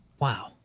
Wow